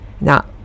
Now